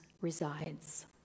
resides